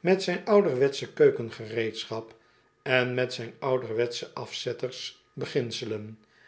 met zijn oud erwet sch keukengereedschap en met zijn ouderwetsche afzetters beginselen